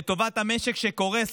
לטובת המשק שקורס,